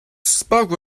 spoke